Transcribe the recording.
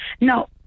Now